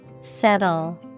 Settle